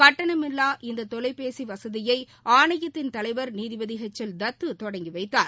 கட்டணமில்லா இந்த தொலைபேசிய வசதியை ஆணையத்தின் தலைவர் நீதிபதி எச் எல் தத்து தொடங்கி வைத்தார்